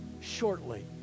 Shortly